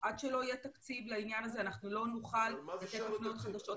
עד שלא יהיה תקציב לעניין הזה אנחנו לא נוכל לתת הפניות חדשות,